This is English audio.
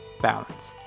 balance